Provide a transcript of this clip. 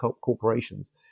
corporations